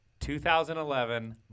2011